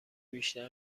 بیشتر